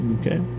okay